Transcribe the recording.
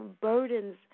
burdens